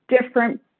different